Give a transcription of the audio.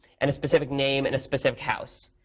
and a specific name and a specific house.